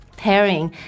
pairing